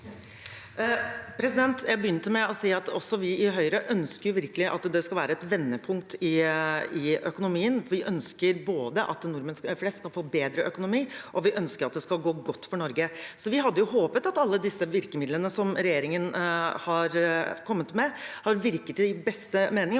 Jeg begynte med å si at også vi i Høyre virkelig ønsker at det skal være et vendepunkt i økonomien, for vi ønsker at nordmenn flest skal få bedre økonomi, og vi ønsker at det skal gå godt for Norge. Så vi hadde håpet at alle disse virkemidlene som regjeringen har kommet med, hadde virket i beste mening,